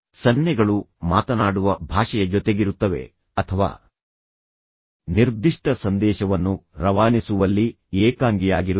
ಸನ್ನೆಗಳು ಮಾತನಾಡುವ ಭಾಷೆಯ ಜೊತೆಗಿರುತ್ತವೆ ಅಥವಾ ನಿರ್ದಿಷ್ಟ ಸಂದೇಶವನ್ನು ರವಾನಿಸುವಲ್ಲಿ ಏಕಾಂಗಿಯಾಗಿರುತ್ತವೆ